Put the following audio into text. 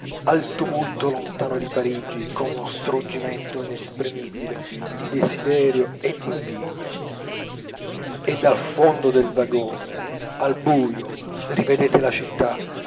al tumulto lontano di parigi con uno struggimento inesprimibile di desiderio e d'invidia e dal fondo del vagone al buio rivedete la città